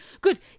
good